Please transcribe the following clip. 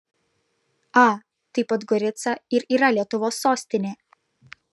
a tai podgorica ir yra lietuvos sostinė